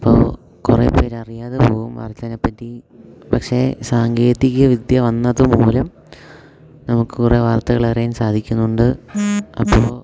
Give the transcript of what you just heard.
അപ്പോൾ കുറേ പേര് അറിയാതെ പോകും വാർത്തേനെപ്പറ്റി പക്ഷേ സാങ്കേതികവിദ്യ വന്നത് മൂലം നമുക്ക് കുറേ വാർത്തകളറിയാൻ സാധിക്കുന്നുണ്ട് അപ്പോൾ